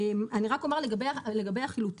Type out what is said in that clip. אני רק אומר לגבי החילוטים.